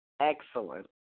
Excellent